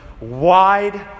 Wide